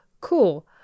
cool